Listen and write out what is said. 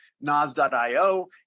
Nas.io